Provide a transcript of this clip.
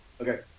Okay